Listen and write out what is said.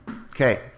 Okay